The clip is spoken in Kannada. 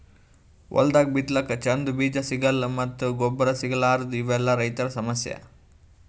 ಹೊಲ್ದಾಗ ಬಿತ್ತಲಕ್ಕ್ ಚಂದ್ ಬೀಜಾ ಸಿಗಲ್ಲ್ ಮತ್ತ್ ಗೊಬ್ಬರ್ ಸಿಗಲಾರದೂ ಇವೆಲ್ಲಾ ರೈತರ್ ಸಮಸ್ಯಾ